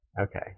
Okay